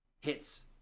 hits